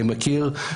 מכיר,